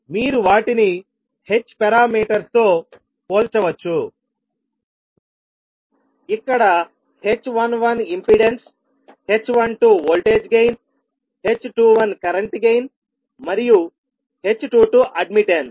మీరు వాటిని h parameters తో పోల్చవచ్చు ఇక్కడ h11 impedance h12 voltage gain h21 current gain మరియు h22 అడ్మిట్టన్స్